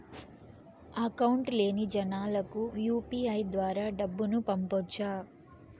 Account లేని జనాలకు UPI ద్వారా డబ్బును పంపొచ్చా?